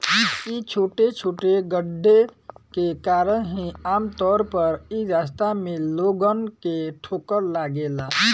इ छोटे छोटे गड्ढे के कारण ही आमतौर पर इ रास्ता में लोगन के ठोकर लागेला